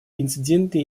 инциденты